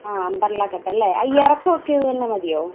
ആ umbrella cut അല്ലേ ആ ഇറക്കം ഒക്കെ ഇതുതന്നെ മതിയോ